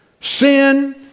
sin